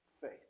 faith